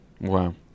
Wow